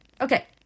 Okay